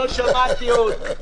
הישיבה נעולה לעת עתה,